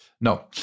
No